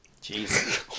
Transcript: Jesus